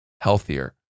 healthier